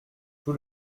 tout